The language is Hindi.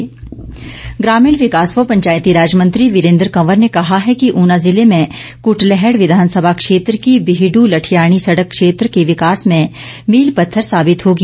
वीरेन्द्र कंवर ग्रामीण विकास व पंचायती राज मंत्री वीरेन्द्र कंवर ने कहा है कि ऊना ज़िले में कुटलैहड़ विधानसभा क्षेत्र की बीहडू लठियाणी सड़क क्षेत्र के विकास में मील पत्थर साबित होगी